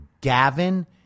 Gavin